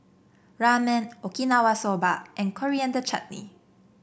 Ramen Okinawa Soba and Coriander Chutney